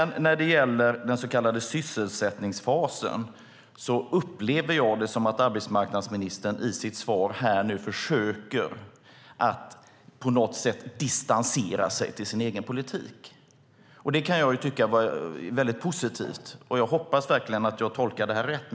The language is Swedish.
När det gäller den så kallade sysselsättningsfasen upplever jag det som att arbetsmarknadsministern i sitt svar försöker att på något sätt distansera sig till sin egen politik. Det kan jag tycka vara väldigt positivt. Jag hoppas verkligen att jag tolkar det rätt.